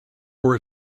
for